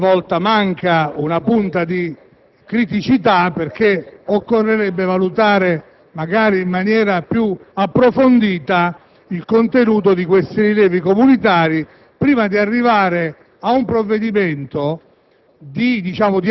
sul quale, qualche volta, manca una punta di criticità. Occorrerebbe valutare in maniera più approfondita il contenuto dei rilievi comunitari prima di arrivare a un provvedimento